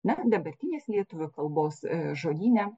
na ir dabartinės lietuvių kalbos žodyne